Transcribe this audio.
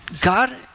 God